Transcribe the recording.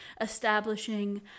establishing